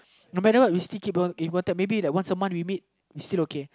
no matter what we still keep in contact maybe like once a month we meet it's still okay